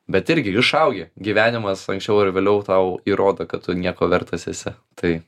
bet irgi išaugę gyvenimas anksčiau ar vėliau tau įrodo kad tu nieko vertas esi tai